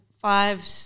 five